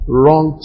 wrong